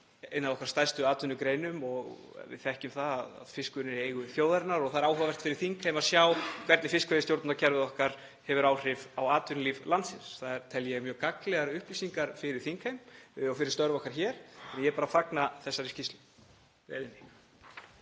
eina af okkar stærstu atvinnugreinum. Við þekkjum það að fiskurinn er í eigu þjóðarinnar og það er áhugavert fyrir þingheim að sjá hvernig fiskveiðistjórnarkerfið okkar hefur áhrif á atvinnulíf landsins. Það tel ég mjög gagnlegar upplýsingar fyrir þingheim og fyrir störf okkar hér, þannig að ég fagna bara þessari skýrslu.